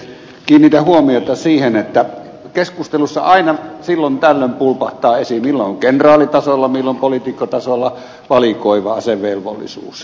kiinnitän huomiota siihen että keskustelussa aina silloin tällöin pulpahtaa esiin milloin kenraalitasolla milloin poliitikkotasolla valikoiva asevelvollisuus